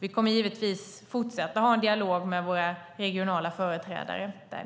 Vi kommer givetvis att fortsätta ha en dialog med våra regionala företrädare där.